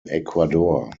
ecuador